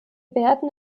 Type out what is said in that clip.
werden